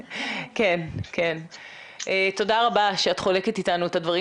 תודה רבה שאת חולקת איתנו את הדברים